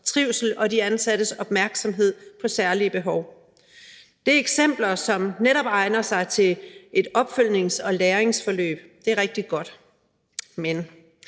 trivsel og de ansattes opmærksomhed på særlige behov. Det er eksempler, som netop egner sig til et opfølgnings- og læringsforløb. Det er rigtig godt.